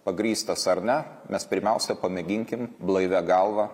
pagrįstas ar ne mes pirmiausia pamėginkim blaivia galva